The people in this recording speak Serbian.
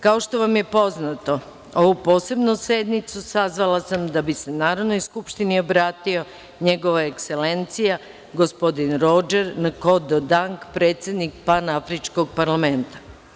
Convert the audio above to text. Kao što vam je poznato, ovu Posebnu sednicu sazvala sam da bi se Narodnoj skupštini obratila Njegova Ekselencija, gospodin Rodžer Nkodo Dang, predsednik Panafričkog parlamenta.